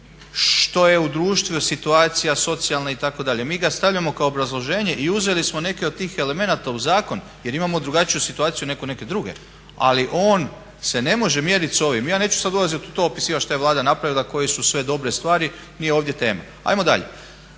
što je u društvu situacija socijalna itd. Mi ga stavljamo kao obrazloženje i uzeli smo neke od tih elemenata u zakon jer imamo drugačiju situaciju nego neke druge. Ali on se ne može mjeriti sa ovim. Ja neću sad ulazit u to opisivat šta je Vlada napravila, koje su sve dobre stvari, nije ovdje tema. Hajmo dalje.